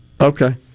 Okay